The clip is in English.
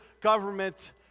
government